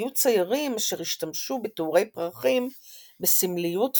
היו ציירים אשר השתמשו בתאורי פרחים בסמליות פילוסופית,